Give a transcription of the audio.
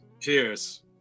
Cheers